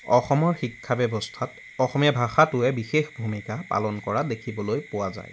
অসমৰ শিক্ষা ব্যৱস্থাত অসমীয়া ভাষাটোৱে বিশেষ ভূমিকা পালন কৰা দেখিবলৈ পোৱা যায়